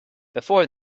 before